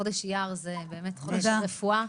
חודש אייר זה באמת חודש רפואה.